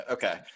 Okay